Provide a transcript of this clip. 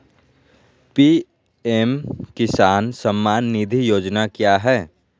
PM Kisan Samman Nidhi योजना क्या है?